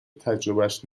تجربهاش